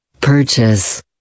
Purchase